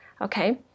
okay